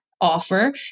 offer